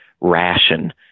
ration